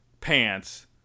pants